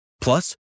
Plus